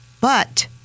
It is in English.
but-